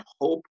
hope